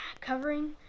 covering